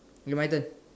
okay my turn